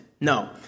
No